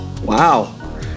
Wow